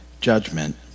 judgment